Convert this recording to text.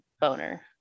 Boner